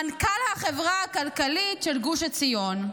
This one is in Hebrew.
מנכ"ל החברה הכלכלית של גוש עציון,